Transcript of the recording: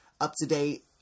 up-to-date